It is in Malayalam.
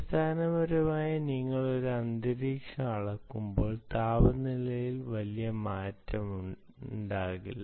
അടിസ്ഥാനപരമായി നിങ്ങൾ ഒരു അന്തരീക്ഷം അളക്കുമ്പോൾ താപനിലയിൽ വലിയ മാറ്റമുണ്ടാകില്ല